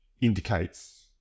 indicates